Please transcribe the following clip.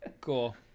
Cool